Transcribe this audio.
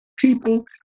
people